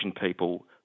people